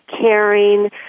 caring